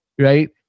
right